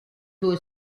two